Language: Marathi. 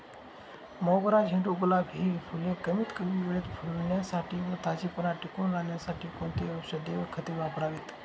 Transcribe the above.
मोगरा, झेंडू, गुलाब हि फूले कमीत कमी वेळेत फुलण्यासाठी व ताजेपणा टिकून राहण्यासाठी कोणती औषधे व खते वापरावीत?